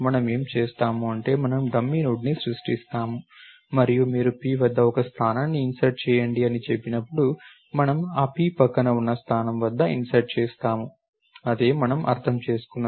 మనము ఏమి చేస్తాము అంటే మనము డమ్మీ నోడ్ను సృష్టిస్తాము మరియు మీరు p వద్ద ఒక స్థానాన్ని ఇన్సర్ట్ చేయండి అని చెప్పినప్పుడు మనము ఆ p పక్కన ఉన్న స్థానం వద్ద ఇన్సర్ట్ చేస్తాము అదే మనం అర్థం చేసుకున్నది